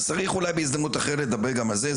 אז צריך אולי בהזדמנות אחרת לדבר גם על זה,